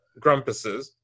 grumpuses